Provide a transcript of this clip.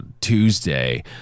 Tuesday